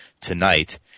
tonight